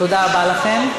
תודה רבה לכם.